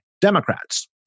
Democrats